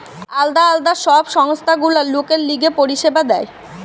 আলদা আলদা সব সংস্থা গুলা লোকের লিগে পরিষেবা দেয়